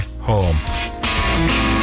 home